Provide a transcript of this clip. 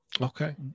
okay